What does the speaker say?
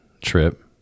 trip